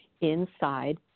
inside